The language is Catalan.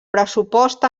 pressupost